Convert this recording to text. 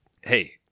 hey